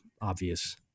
obvious